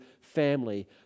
family